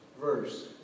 verse